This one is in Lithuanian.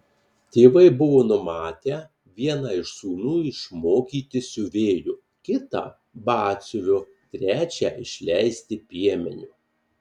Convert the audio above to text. tėvai buvo numatę vieną iš sūnų išmokyti siuvėju kitą batsiuviu trečią išleisti piemeniu